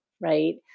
Right